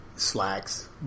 Slacks